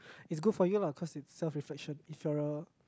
it's good for you lah cause it's self reflection if you're a